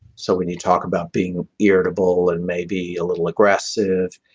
so when you talk about being irritable and maybe a little aggressive,